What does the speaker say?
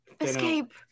escape